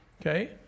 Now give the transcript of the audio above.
okay